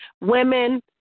Women